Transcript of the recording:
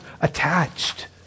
attached